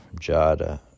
Jada